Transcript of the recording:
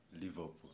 Liverpool